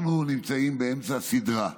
אנחנו נמצאים באמצע סדרה.